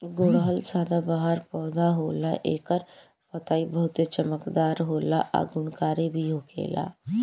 गुड़हल सदाबाहर पौधा होला एकर पतइ बहुते चमकदार होला आ गुणकारी भी होखेला